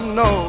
no